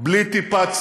בלי טיפת ציניות,